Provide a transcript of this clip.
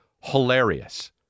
hilarious